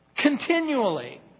Continually